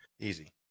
Easy